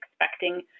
expecting